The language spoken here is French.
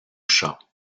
chats